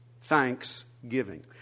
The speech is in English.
thanksgiving